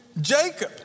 Jacob